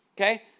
okay